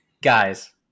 guys